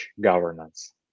governance